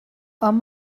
hom